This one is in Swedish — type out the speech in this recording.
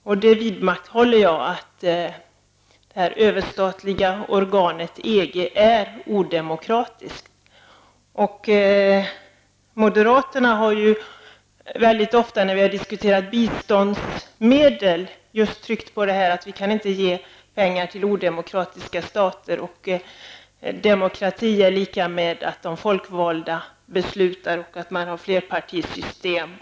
Jag vidhåller att det överstatliga organet EG är odemokratiskt. När vi har diskuterat biståndsmedel har moderaterna ofta betonat just att vi inte skall ge pengar till odemokratiska stater och att demokrati är lika med ett flerpartisystem där de folkvalda beslutar.